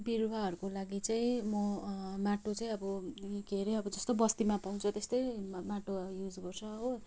बिरुवाहरूको लागि चाहिँ म माटो चाहिँ अब के अरे अब जस्तो बस्तीमा पाउँछ त्यस्तै माटो युज गर्छ हो